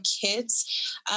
Kids